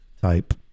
type